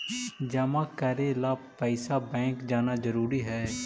जमा करे ला पैसा बैंक जाना जरूरी है?